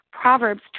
Proverbs